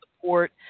support